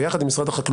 ביחד עם משרד החקלאות,